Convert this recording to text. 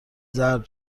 ضرب